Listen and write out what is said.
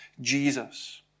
Jesus